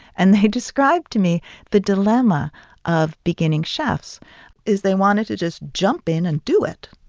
and they described to me the dilemma of beginning chefs is they wanted to just jump in and do it,